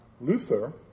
Luther